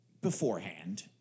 beforehand